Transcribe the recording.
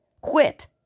Quit